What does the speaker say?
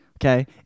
Okay